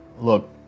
look